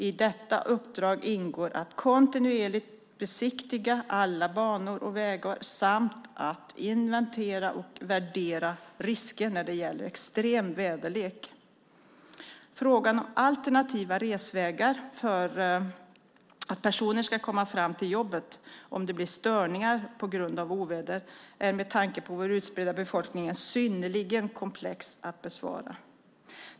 I detta uppdrag ingår att kontinuerligt besiktiga alla banor och vägar samt att inventera och värdera risker när det gäller extrem väderlek. Frågan om alternativa resvägar för att personer ska komma fram till jobbet om det blir störningar på grund av oväder är med tanke på vår utspridda befolkning synnerligen komplex att besvara.